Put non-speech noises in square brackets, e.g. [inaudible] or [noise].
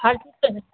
हर [unintelligible] तो है